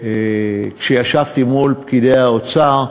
כשישבתי מול פקידי האוצר,